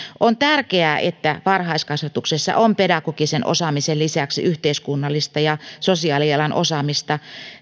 on tärkeää että varhaiskasvatuksessa on pedagogisen osaamisen lisäksi yhteiskunnallista ja sosiaalialan osaamista